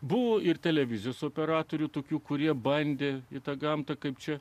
buvo ir televizijos operatorių tokių kurie bandė į tą gamtą kaip čia